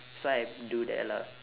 so I do that lah